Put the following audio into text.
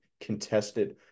contested